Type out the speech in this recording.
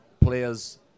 players